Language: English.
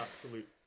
absolute